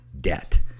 debt